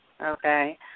okay